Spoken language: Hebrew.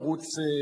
הטלוויזיה